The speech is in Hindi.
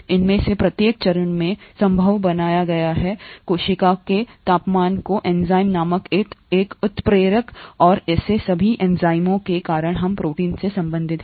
इनमें से प्रत्येक चरण में संभव बनाया गया है कोशिका के तापमान को एंजाइम नामक एक उत्प्रेरक और ऐसे सभी एंजाइमों के कारण हम प्रोटीन से संबंधित हैं